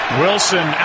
wilson